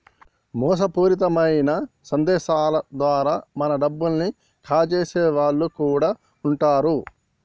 మోసపూరితమైన సందేశాల ద్వారా మన డబ్బుల్ని కాజేసే వాళ్ళు కూడా వుంటరు